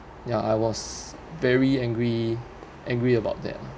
ya I was very angry angry about that lah